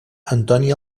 antoni